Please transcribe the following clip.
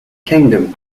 kingdom